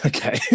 Okay